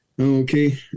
Okay